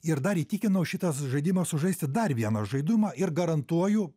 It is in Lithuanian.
ir dar įtikinau šitą žaidimą sužaisti dar vieną žaidimą ir garantuoju